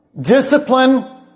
Discipline